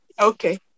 Okay